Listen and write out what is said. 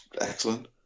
excellent